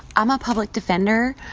i'm a public defender,